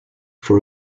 for